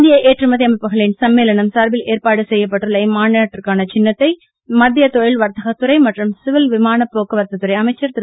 இந்திய ஏற்றுமதி அமைப்புகளின் சம்மேளனம் சார்பில் ஏற்பாடு செய்யப்பட்டுள்ள இம்மாநாட்டிற்கான சின்னத்தை மத்திய தொழில் வர்த்தக துறை மற்றும் சிவில் விமான போக்குவரத்து துறை அமைச்சர் திரு